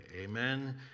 amen